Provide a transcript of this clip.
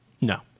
No